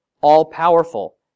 all-powerful